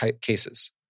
cases